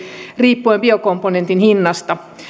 riippuen biokomponentin hinnasta